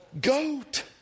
goat